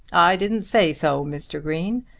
i didn't say so, mr. green.